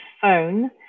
phone